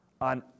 on